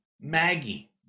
Maggie